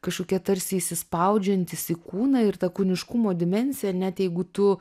kažkokie tarsi įsispaudžiantys į kūną ir tą kūniškumo dimensiją net jeigu tu